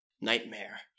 Nightmare